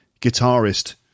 guitarist